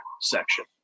section